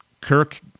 Kirk